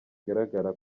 igaragara